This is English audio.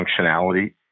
functionality